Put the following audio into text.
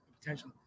potential